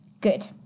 Good